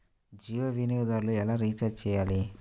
జియో వినియోగదారులు ఎలా రీఛార్జ్ చేయాలి?